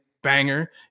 banger